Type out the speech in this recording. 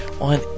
on